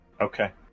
Okay